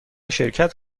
شرکت